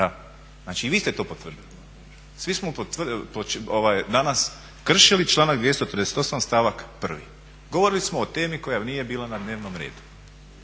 Znači i vi ste to potvrdili. Svi smo danas kršili članak 238.stavak 1. Govorili smo o temi koja nije bila na dnevnom redu.